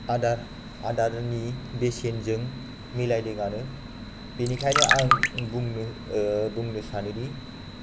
आदार आदारनि बेसेनजों मिलायदोंआनो बेनिखायनो आं बुंनो बुंनो सानोदि